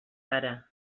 pare